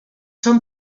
són